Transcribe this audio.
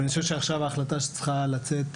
אבל אני חושב שעכשיו ההחלטה שצריכה לצאת,